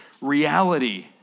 reality